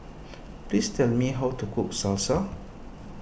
please tell me how to cook Salsa